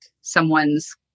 someone's